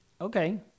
Okay